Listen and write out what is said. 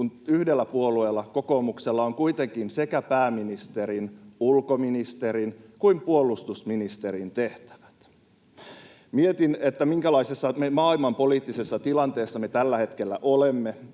yhdellä puolueella, kokoomuksella, on kuitenkin niin pääministerin, ulkoministerin kuin puolustusministerin tehtävät. Mietin, minkälaisessa maailmanpoliittisessa tilanteessa me tällä hetkellä olemme.